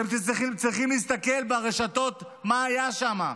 אתה צריכים להסתכל ברשתות מה היה שם.